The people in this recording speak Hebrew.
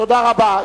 תודה רבה.